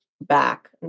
back